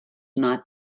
not